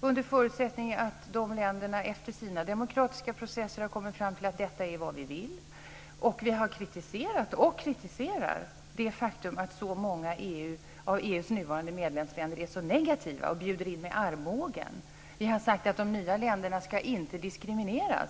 under förutsättning att dessa länder under sina demokratiska processer har kommit fram till att detta är det som de vill. Vi har kritiserat och kritiserar det faktum att det är så många av EU:s nuvarande medlemsländer som är negativa och bjuder in med armbågen. Vi har sagt att de nya länderna inte ska diskrimineras.